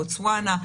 בוטסואנה,